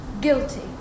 guilty